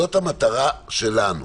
זאת המטרה שלנו.